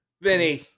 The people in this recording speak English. Vinny